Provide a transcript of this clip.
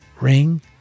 ring